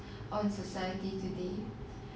of society today